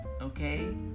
Okay